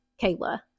Kayla